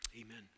amen